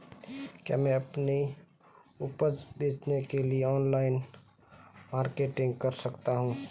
क्या मैं अपनी उपज बेचने के लिए ऑनलाइन मार्केटिंग कर सकता हूँ?